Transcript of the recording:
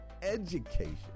education